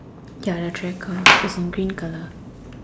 ya the tracker is in green colour